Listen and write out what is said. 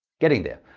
getting there.